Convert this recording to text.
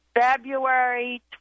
February